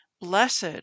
Blessed